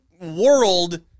world